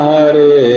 Hare